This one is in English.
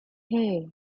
hey